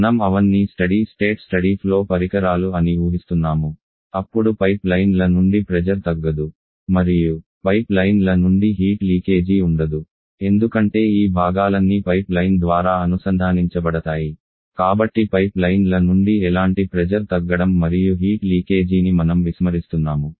మనం అవన్నీ study state study flow పరికరాలు అని ఊహిస్తున్నాము అప్పుడు పైప్లైన్ల నుండి ప్రెజర్ తగ్గదు మరియు పైప్లైన్ల నుండి హీట్ లీకేజీ ఉండదు ఎందుకంటే ఈ భాగాలన్నీ పైప్లైన్ ద్వారా అనుసంధానించబడతాయి కాబట్టి పైప్లైన్ల నుండి ఎలాంటి ప్రెజర్ తగ్గడం మరియు హీట్ లీకేజీని మనం విస్మరిస్తున్నాము